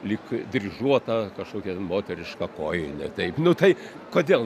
lyg dryžuota kažkokia moteriška kojinė taip nu tai kodėl